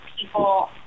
people